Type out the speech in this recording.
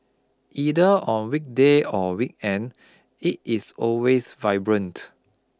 either on weekday or weekend it is always vibrant